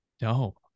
No